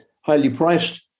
highly-priced